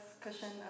cushion